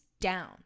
down